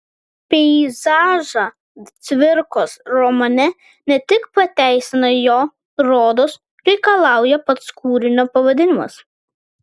peizažą cvirkos romane ne tik pateisina jo rodos reikalauja pats kūrinio pavadinimas